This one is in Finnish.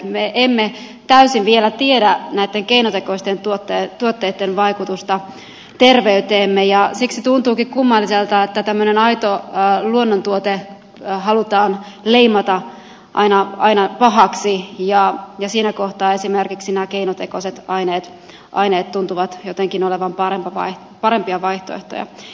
me emme täysin vielä tiedä näitten keinotekoisten tuotteitten vaikutusta terveyteemme ja siksi tuntuukin kummalliselta että tämmöinen aito luonnontuote halutaan leimata aina pahaksi ja siinä kohtaa esimerkiksi nämä keinotekoiset aineet tuntuvat jotenkin olevan parempia vaihtoehtoja